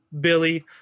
Billy